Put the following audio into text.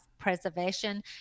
preservation